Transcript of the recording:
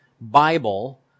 Bible